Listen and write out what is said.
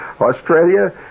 Australia